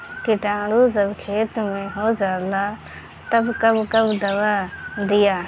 किटानु जब खेत मे होजाला तब कब कब दावा दिया?